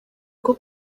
bwo